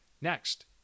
Next